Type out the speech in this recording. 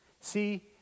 See